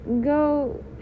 go